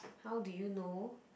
how do you know